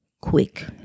Quick